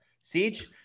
Siege